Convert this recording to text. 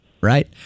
right